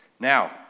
Now